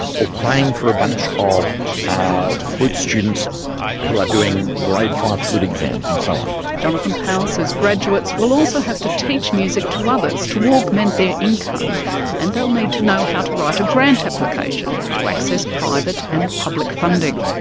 or playing for a bunch of ah flute students who are doing grade five flute exams, and so on. jonathan powles says graduates will also have to teach music to others to augment their income and they'll need to know how to write a grant application to access private and public funding.